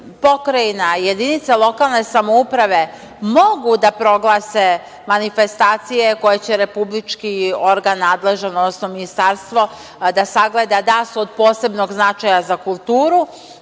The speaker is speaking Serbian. pokrajina, jedinica lokalne samouprave mogu da proglase manifestacije koje će republički organ nadležan, odnosno ministarstvo da sagleda da su od posebnog značaja za kulturu.